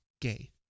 gay